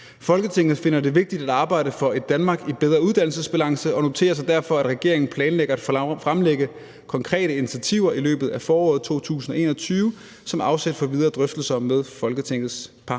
Folketinget finder det vigtigt at arbejde for et Danmark i bedre uddannelsesbalance og noterer sig derfor, at regeringen planlægger at fremlægge konkrete initiativer i løbet af foråret 2021 som afsæt for videre drøftelse med Folketingets